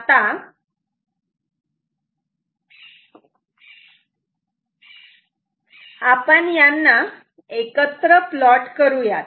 आता आपण यांना एकत्र प्लॉट करूयात